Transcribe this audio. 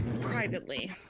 privately